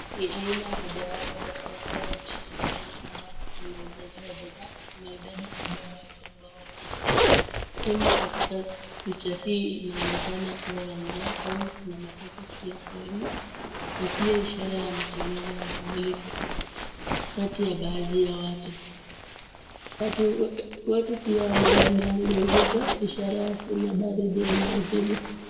Ni aina moja wapo ya aina ya soko nchini Kenya ambapo kuna uuzaji wa bidhaa na idadi kubwa ya watu ambao wanaonunua. Sehemu katika picha hii inaonekana kuwa ya mvua kwani kuna matope kila sehemu na pia ishara ya matumizi ya mwavuli kati ya baadhi ya watu. Watu pia wamevalia nguo nzito ishara ya kuna baridi eneo hilo.